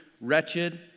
wretched